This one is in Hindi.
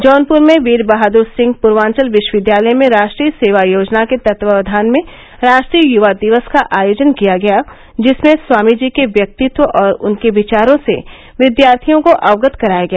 जौनपुर में वीर बहादुर सिंह पूर्वांचल विश्वविद्यालय में राष्ट्रीय सेवा योजना के तत्वावधान में राष्ट्रीय युवा दिवस का आयोजन किया गया जिसमें स्वामी जी के व्यक्तित्व और उनके विचारों से विद्यार्थियों को अवगत कराया गया